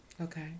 Okay